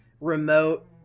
remote